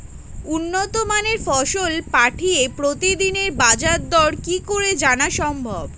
উন্নত মানের ফসল পাঠিয়ে প্রতিদিনের বাজার দর কি করে জানা সম্ভব?